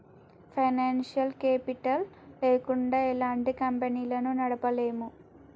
financial capital లేకుండా ఎలాంటి కంపెనీలను నడపలేము